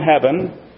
heaven